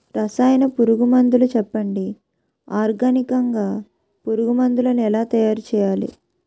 రసాయన పురుగు మందులు చెప్పండి? ఆర్గనికంగ పురుగు మందులను ఎలా తయారు చేయాలి?